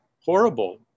horrible